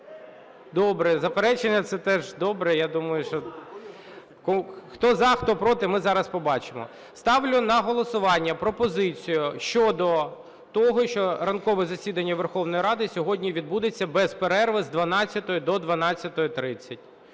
Добре. Заперечення – це теж добре, я думаю, що хто – за, хто – проти, ми зараз побачимо. Ставлю на голосування пропозицію щодо того, що ранкове засідання Верховної Ради сьогодні відбудеться без перерви з 12:00 до 12:30.